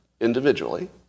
individually